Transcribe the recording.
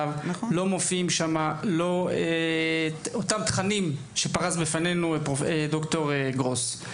לא מופיעים התכנים שהציג בפנינו ד״ר גרוס.